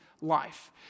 life